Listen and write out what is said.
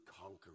conquer